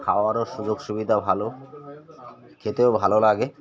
খাওয়ারও সুযোগ সুবিধা ভালো খেতেও ভালো লাগে